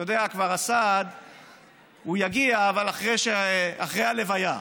אתה יודע, הסעד יגיע, אבל אחרי הלוויה.